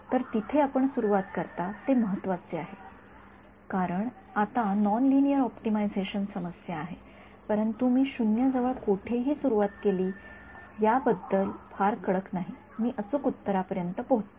तर जिथे आपण सुरुवात करता ते महत्त्वाचे आहे कारण आता नॉन लिनिअर ऑप्टिमायझेशन समस्या आहे परंतु मी 0 जवळ कोठेही सुरुवात केली याबद्दल फार कडक नाही मी अचूक उत्तरापर्यंत पोचतो